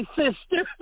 sister